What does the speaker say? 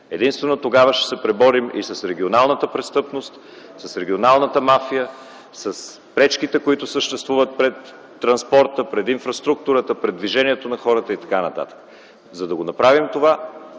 Единствено тогава ще се преборим и с регионалната престъпност, с регионалната мафия, с пречките, които съществуват пред транспорта, пред инфраструктурата, пред движението на хората и така нататък. За да направим това,